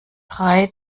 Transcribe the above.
drei